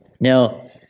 Now